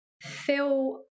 feel